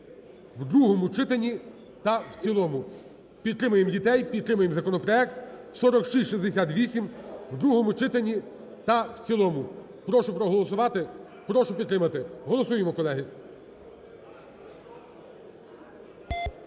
в другому читанні та в цілому. Підтримаємо дітей, підтримаємо законопроект 4668 в другому читанні та в цілому. Прошу проголосувати, прошу підтримати, голосуємо, колеги.